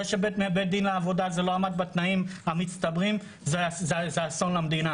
זה שבית דין בעבודה אומר שזה לא עמד בתנאים המצטברים זה אסון למדינה.